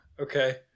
okay